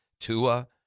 Tua